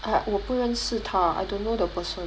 I 我不认识他 I don't know the person